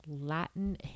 Latin